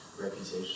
reputation